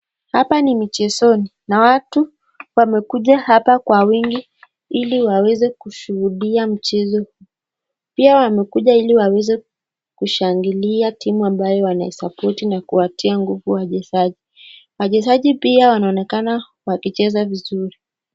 Hapa ni michezoni. Na watu wamekuja hapa kwa wingi ili waweze kushuhudia mchezo huu. Pia wamekuja ili waweze kushangilia timu ambayo wanaisapoti na kuwatia nguvu wachezaji. Wachezaji pia wanaonekana wanacheza vizuri.